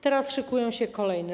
Teraz szykują się kolejne.